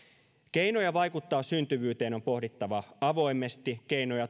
keinoja vaikuttaa syntyvyyteen on pohdittava avoimesti ja keinoja